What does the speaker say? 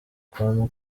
com